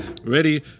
Ready